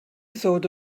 ddod